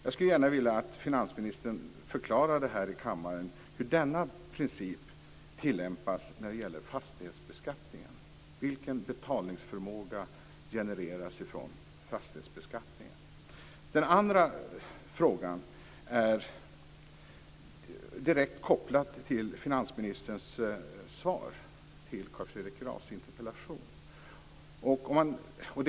Jag skulle gärna vilja att finansministern här i kammaren förklarar hur denna princip tillämpas när det gäller fastighetsbeskattningen. Vilken betalningsförmåga genereras från fastighetsbeskattningen? Den andra frågan är direkt kopplad till finansministerns svar på Carl Fredrik Grafs interpellation.